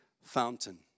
fountain